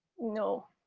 no.